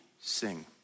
sing